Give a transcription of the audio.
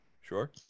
Sure